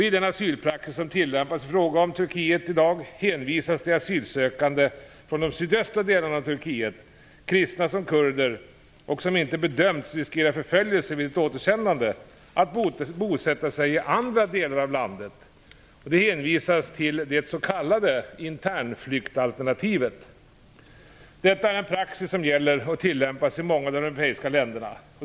I den asylpraxis som tillämpas i fråga om Turkiet i dag hänvisas de asylsökande från de sydöstra delarna av Turkiet, kristna likaväl som kurder, och som inte bedöms riskera förföljelse vid ett återsändande, att bosätta sig i andra delar av landet. De hänvisas till det s.k. internflyktsalternativet. Detta är en praxis som gäller och tillämpas i många av de europeiska länderna.